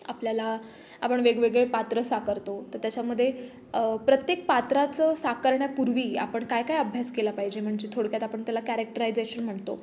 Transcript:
आपल्याला आपण वेगवेगळे पात्र साकरतो तर त्याच्यामध्ये प्रत्येक पात्राचं साकरण्यापूर्वी आपण काय काय अभ्यास केला पाहिजे म्हणजे थोडक्यात आपण त्याला कॅरॅक्टरायझेशन म्हणतो